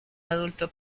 adulto